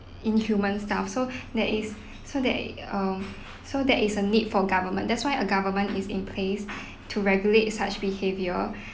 inhuman stuff so there is so there i~ uh so there is a need for government that's why a government is in place to regulate such behaviour